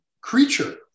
creature